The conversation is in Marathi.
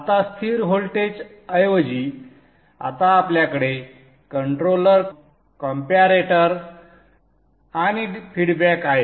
आता स्थिर वोल्टेज ऐवजी आता आपल्याकडे कंट्रोलर कम्पॅरेटर आणि फीडबॅक आहे